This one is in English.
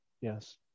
Yes